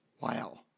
Wow